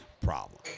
problem